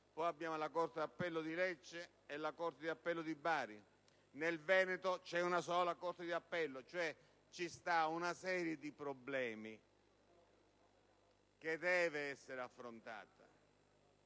poi abbiamo la corte d'appello di Lecce e la corte d'appello di Bari. Nel Veneto c'è una sola corte d'appello. Vi è una serie di problemi che devono essere affrontati.